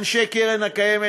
אנשי הקרן הקיימת.